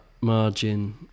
margin